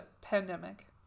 pandemic